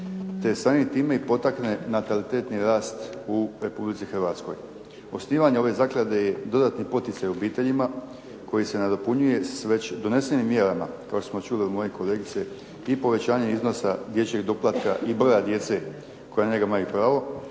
te samim time i potakne natalitetni rast u Republici Hrvatskoj. Osnivanje ove zaklade je dodatni poticaj obiteljima koji se nadopunjuje s već donesenim mjerama kao što smo čuli od moje kolegice, i povećanje iznosa dječjeg doplatka i broja djece koja na njega imaju pravo,